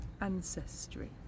ancestry